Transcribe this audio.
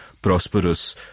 prosperous